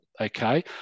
Okay